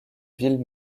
ville